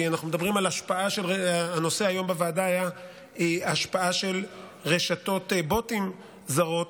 כי הנושא היום בוועדה היה ההשפעה של רשתות בוטים זרות,